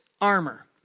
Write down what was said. armor